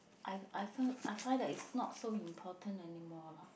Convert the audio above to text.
I I find I find that it's not so important anymore lah